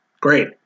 Great